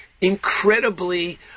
incredibly